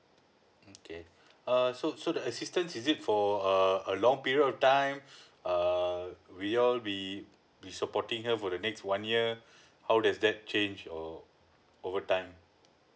okay err so so the assistance is it for a a long period of time err will you all be be supporting her for the next one year how does that change or over time